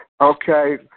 Okay